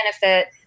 benefit